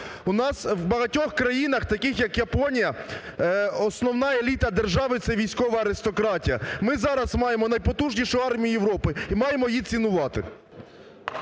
У нас в багатьох країнах, таких як Японія, основна еліта держави – це військова аристократія. Ми зараз маємо найпотужнішу армію Європи і маємо її цінувати.